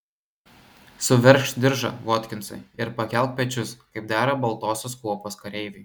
suveržk diržą votkinsai ir pakelk pečius kaip dera baltosios kuopos kareiviui